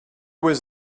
was